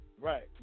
Right